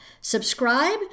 Subscribe